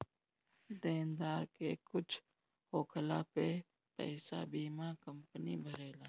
देनदार के कुछु होखला पे पईसा बीमा कंपनी भरेला